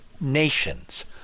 nations